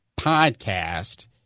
podcast